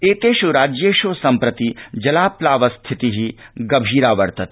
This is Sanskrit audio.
एतेष् राज्येष् सम्प्रति जलाप्लाव स्थिति गंभीरा वर्तते